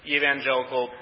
evangelical